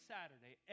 Saturday